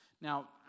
Now